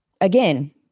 again